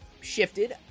shifted